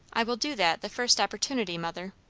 i will do that the first opportunity, mother.